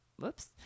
whoops